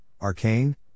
Arcane